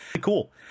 cool